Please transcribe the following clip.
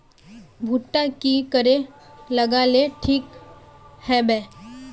भुट्टा की करे लगा ले ठिक है बय?